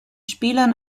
spielern